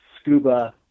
scuba